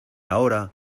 ahora